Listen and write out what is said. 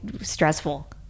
stressful